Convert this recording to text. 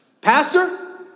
Pastor